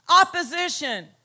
opposition